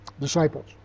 disciples